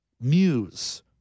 Muse